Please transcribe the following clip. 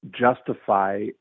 justify